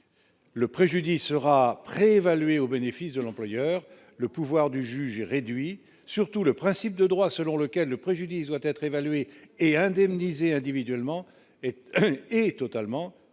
le préjudice sera réévalué au bénéfice de l'employeur, le pouvoir du juge est réduit, surtout le principe de droit selon lequel le préjudice doit être évaluée et indemniser individuellement et totalement